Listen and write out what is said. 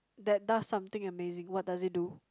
that does something amazing what does it do